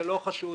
שלא חשוד